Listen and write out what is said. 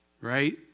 right